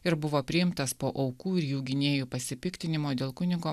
ir buvo priimtas po aukų ir jų gynėjų pasipiktinimo dėl kunigo